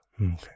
Okay